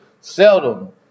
Seldom